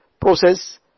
process